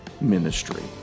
ministry